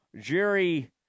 Jerry